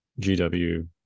GW